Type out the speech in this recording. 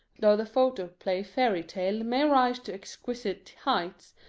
though the photoplay fairy-tale may rise to exquisite heights,